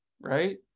right